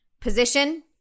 Position